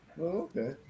okay